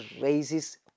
raises